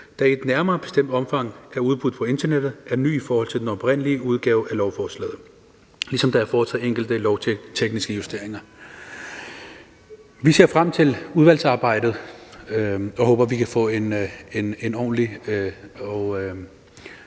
der i et nærmere bestemt omfang er udbudt på internettet, er ny i forhold til den oprindelige udgave af lovforslaget, ligesom der er foretaget enkelte lovtekniske justeringer. Vi ser frem til udvalgsarbejdet og håber, vi kan få en ordentlig